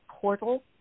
portal